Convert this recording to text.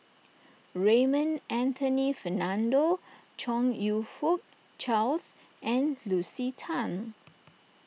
Raymond Anthony Fernando Chong You Fook Charles and Lucy Tan